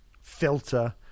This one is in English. filter